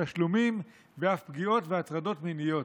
תשלומים ואף פגיעות והטרדות מיניות.